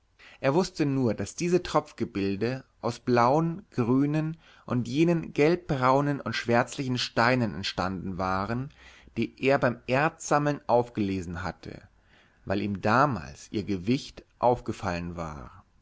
er wußte nur daß diese tropfgebilde aus blauen grünen und jenen gelbbraunen und schwärzlichen steinen entstanden waren die er beim erzsammeln aufgelesen hatte weil ihm damals ihr gewicht aufgefallen war